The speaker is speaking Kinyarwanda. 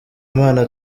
imana